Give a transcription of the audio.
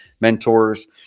mentors